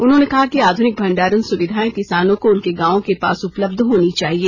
उन्होंने कहा कि आध्रनिक भंडारण सुविधाएं किसानों को उनके गांवों के पास उपलब्ध होनी चाहिए